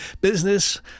business